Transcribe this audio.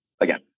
again